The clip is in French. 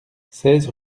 seize